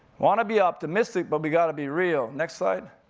wanna be optimistic, but we gotta be real, next slide.